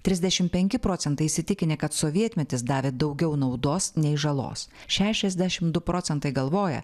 trisdešimt penki procentai įsitikinę kad sovietmetis davė daugiau naudos nei žalos šešiasdešimt du procentai galvoja